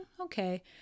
Okay